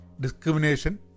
discrimination